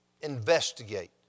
investigate